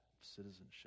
citizenship